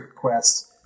quests